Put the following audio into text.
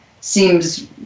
seems